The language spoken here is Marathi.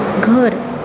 घर